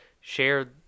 share